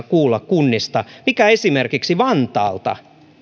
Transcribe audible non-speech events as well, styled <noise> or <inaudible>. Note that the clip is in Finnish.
<unintelligible> kuulla kunnista niitä uutisia mitä esimerkiksi vantaalta